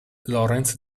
lorenz